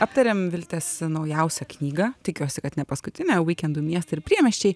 aptarėm viltės naujausią knygą tikiuosi kad ne paskutinę vykendų miestai ir priemiesčiai